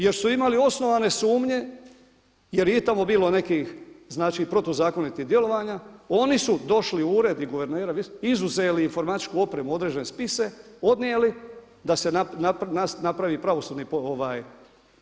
Jer su imali osnovane sumnje jer je i tamo bilo nekih protuzakonitih djelovanja, oni su došli u ured i guvernera, izuzeli informatičku opremu određene spise, odnijeli da se napravi pravosudni ovaj.